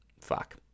fuck